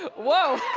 ah whoa.